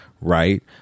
right